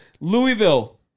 Louisville